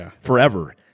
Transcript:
forever